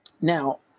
Now